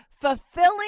fulfilling